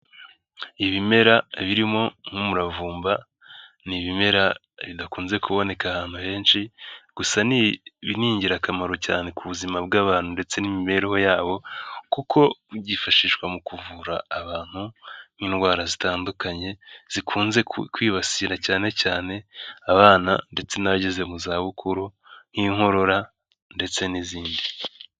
Ibimera birimo nk'umuravumba, ni ibimera bidakunze kuboneka ahantu henshi, gusa ni ingirakamaro cyane ku buzima bw'abantu ndetse n'imibereho yabo, kuko byifashishwa mu kuvura abantu nk'indwara zitandukanye zikunze kwibasira cyane cyane abana, ndetse n'abageze mu zabukuru, nk'inkorora ndetse n'izindi.